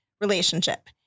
relationship